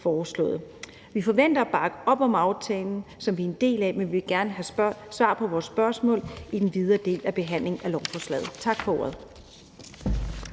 Vi forventer at bakke op om aftalen, som vi er en del af, men vi vil gerne have svar på vores spørgsmål i den videre del af behandlingen af lovforslaget. Tak for ordet.